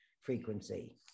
frequency